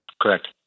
Correct